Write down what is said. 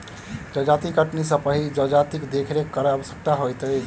जजाति कटनी सॅ पहिने जजातिक देखरेख करब आवश्यक होइत छै